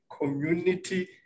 community